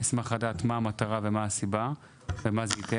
אשמח לדעת מהי המטרה, מהי הסיבה ומה זה ייתן.